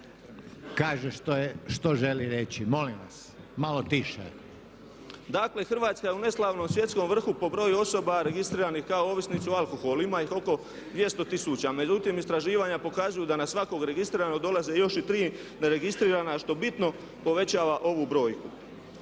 kaže što želi reći. Molim vas, malo tiše./…. **Klobučić, Mario (MOST)** Dakle, Hrvatska je u neslavnom svjetskom vrhu po broju osoba registriranih kao ovisnici o alkoholu, ima ih oko 200 tisuća. Međutim istraživanja pokazuju da na svakog registriranog dolaze još i 3 neregistrirana što bitno povećava ovu brojku.